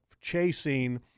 chasing